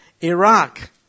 Iraq